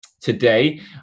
Today